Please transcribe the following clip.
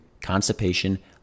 constipation